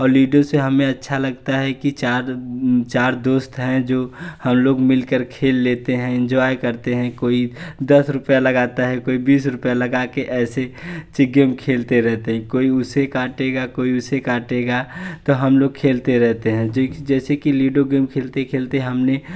और लूडो से हमें अच्छा लगता है कि चार चार दोस्त हैं जो हम लोग मिलकर खेल लेते हैं एंजॉय करते हैं कोई कोई दस रुपये लगाता है कोई बीस रुपये लगाकर ऐसे चि गेम खेलते रहते हैं कोई उसे काटेगा कोई उसे काटेगा तो हम लोग खेलते रहते हैं जैसे कि लूडो गेम खेलते खेलते हमने